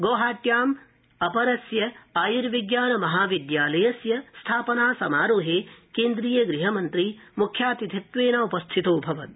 गौहाट्याम आयूर्विज्ञानमहाविद्यालयस्य स्थापना समारोहे केन्द्रीय गृहमन्त्री मुख्यातिथित्वेन उपस्थितोऽभवत्